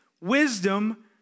wisdom